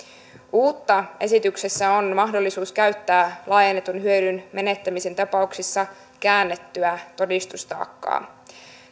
uutta esityksessä on mahdollisuus käyttää laajennetun hyödyn menettämisen tapauksissa käännettyä todistustaakkaa